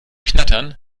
knattern